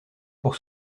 pour